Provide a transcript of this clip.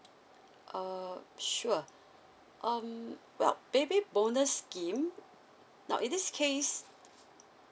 uh sure um well baby bonus scheme now in this case